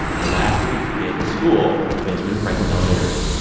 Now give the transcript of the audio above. and last week, he gave his school, benjamin franklin elementary,